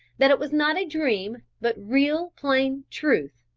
that it was not a dream, but real, plain truth.